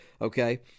okay